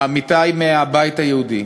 עמיתי מהבית היהודי,